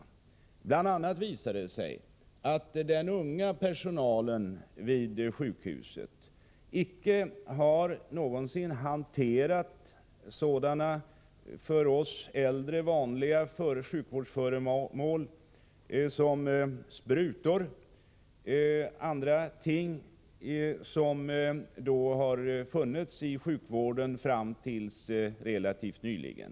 Bl. a. visade det sig att den unga personalen vid sjukhuset icke någonsin har hanterat sådana för oss äldre vanliga sjukvårdsföremål som sprutor osv. , vilka har funnits i sjukvården fram till relativt nyligen.